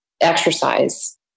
exercise